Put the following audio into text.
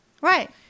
Right